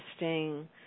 interesting